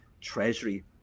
Treasury